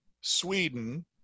sweden